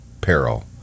peril